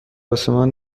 آسمان